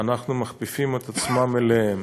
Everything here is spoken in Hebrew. אנחנו מכפיפים את עצמנו אליהן